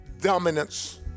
dominance